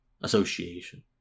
association